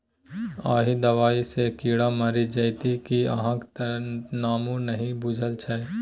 एहि दबाई सँ कीड़ा मरि जाइत कि अहाँक त नामो नहि बुझल छै